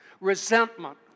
resentment